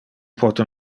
pote